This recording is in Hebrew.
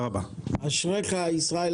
אני נוסע בתחבורה הציבורית כל יום,